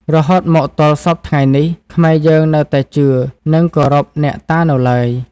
រហូតមកទល់សព្វថ្ងៃនេះ ខ្មែរយើងនៅតែជឿ និងគោរពអ្នកតានៅឡើយ។